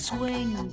Swing